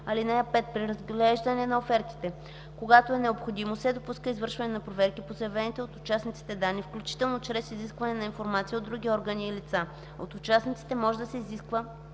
(5) При разглеждане на офертите, когато е необходимо, се допуска извършване на проверки по заявените от участниците данни, включително чрез изискване на информация от други органи и лица. От участниците може да се изиска